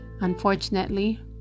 Unfortunately